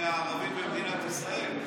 מהערבים במדינת ישראל?